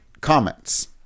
comments